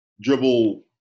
dribble –